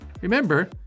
Remember